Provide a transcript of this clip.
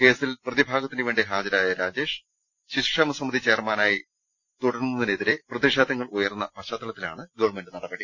കേസിൽ പ്രതിഭാഗത്തിനു വേണ്ടി ഹാജരായ രാജേഷ് ശിശുക്ഷേമ സമിതി ചെയർമാനായി തുടരുന്നതിനെതിരെ പ്രതിഷേധങ്ങൾ ഉയർന്ന പശ്ചാത്തലത്തിലാണ് ഗവണ്മെന്റ് നടപടി